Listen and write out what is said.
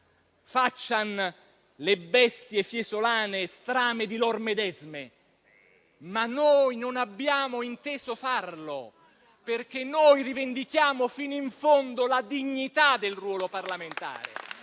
«Faccian le bestie fiesolane strame di lor medesime». Ma noi non abbiamo inteso farlo, perché rivendichiamo fino in fondo la dignità del ruolo parlamentare